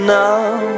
now